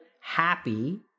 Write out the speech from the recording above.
happy